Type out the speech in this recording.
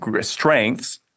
strengths